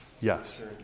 yes